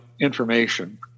information